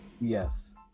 Yes